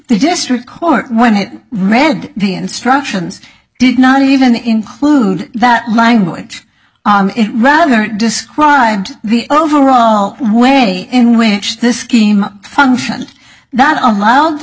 the district court when it read the instructions did not even include that language rather it described the overall way in which this scheme function that allowed the